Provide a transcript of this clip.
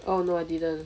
oh no I didn't